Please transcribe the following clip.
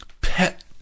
pet